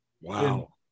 Wow